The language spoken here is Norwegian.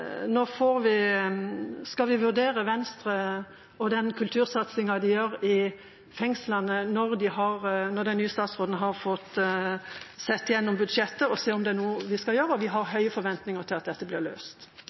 den kultursatsingen de gjør i fengslene når den nye statsråden har fått sett gjennom budsjettet og ser om det er noe de skal gjøre, og vi har høye forventninger til at dette blir løst.